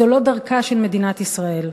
זו לא דרכה של מדינת ישראל.